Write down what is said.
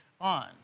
on